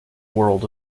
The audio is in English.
world